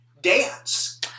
Dance